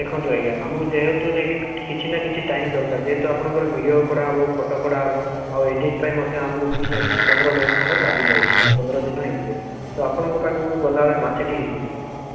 ଦେଖନ୍ତୁ ଆଜ୍ଞା ଆମକୁ ଯେହେତୁ ନେଇକି କିଛି ନା କିଛି ଟାଇମ୍ ଦରକାର ଯେହେତୁ ଆପଣଙ୍କର ଭିଡ଼ିଓ କଢ଼ାହେବ ଫୋଟୋ କଢ଼ାହେବ ଆଉ ଏଡ଼ିଟିଂ ପାଇଁ ମଧ୍ୟ ଆମକୁ କିଛିନା କିଛି ପନ୍ଦର ଡ଼େୟେସ୍ ଖଣ୍ଡେ ଲାଗିଯାଉଛି ପନ୍ଦର ଦିନ ହେଇଯିବ ତ ଆପଣଙ୍କ ପାଖକୁ ଗଲାବେଳେ ମାସେଟି ହେଇଯିବ